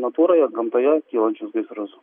natūroje gamtoje kylančius gaisrus